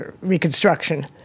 reconstruction